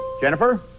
Jennifer